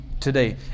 Today